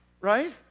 Right